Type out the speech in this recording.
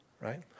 right